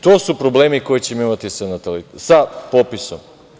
To su problemi koje ćemo imati sa popisom.